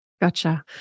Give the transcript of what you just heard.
Gotcha